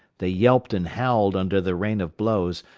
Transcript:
they yelped and howled under the rain of blows,